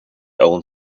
own